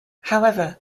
however